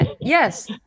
Yes